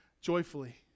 joyfully